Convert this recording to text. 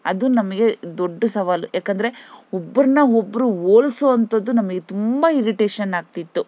ಅದು ನಮಗೆ ದೊಡ್ಡ ಸವಾಲು ಯಾಕಂದರೆ ಒಬ್ಬರನ್ನ ಒಬ್ಬರು ಹೋಲ್ಸುವಂತದ್ದು ನಮಗೆ ತುಂಬ ಇರಿಟೇಶನ್ ಆಗ್ತಿತ್ತು